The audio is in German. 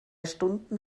stunden